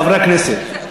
חברי הכנסת,